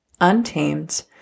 untamed